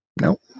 Nope